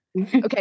Okay